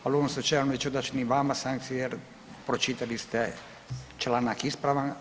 Ali u ovom slučaju neću dati ni vama sankcije jer pročitali ste članak ispravan.